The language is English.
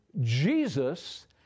Jesus